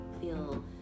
feel